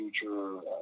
future